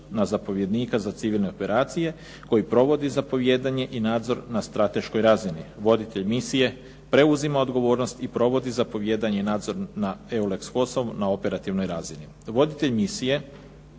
na zapovjednika za civilne operacije koji provodi zapovijedanje i nadzor na strateškoj razini. Voditelj misije preuzima odgovornost i provodi zapovijedanje i nadzor na EULEX Kosovo na operativnoj razini. Voditelj misije